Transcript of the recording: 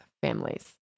families